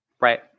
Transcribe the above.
Right